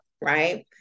right